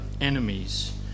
enemies